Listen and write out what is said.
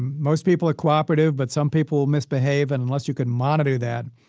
most people are cooperative, but some people misbehave. and unless you can monitor that,